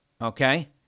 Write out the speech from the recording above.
okay